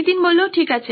নীতিন ঠিক আছে